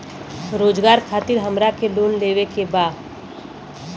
रोजगार खातीर हमरा के लोन लेवे के बा?